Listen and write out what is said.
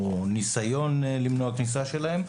או ניסיון למנוע כניסה שלהם,